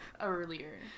earlier